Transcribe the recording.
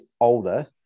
older